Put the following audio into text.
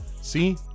See